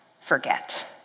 forget